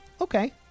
okay